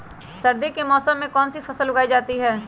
सर्दी के मौसम में कौन सी फसल उगाई जाती है?